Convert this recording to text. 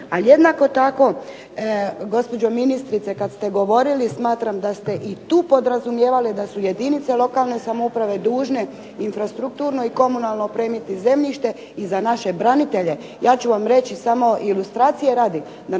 Ali jednako tako gospođo ministrice, kad ste govorili smatram da ste i tu podrazumijevali da su jedinice lokalne samouprave dužne infrastrukturno i komunalno opremiti zemljište i za naše branitelje. Ja ću vam reći samo ilustracije radi